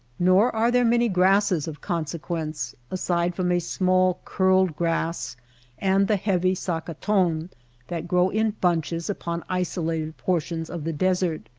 nor are there many grasses of consequence aside from a small curled grass and the heavy sacaton that grow in bunches upon isolated portions of the desert.